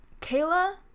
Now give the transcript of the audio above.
Kayla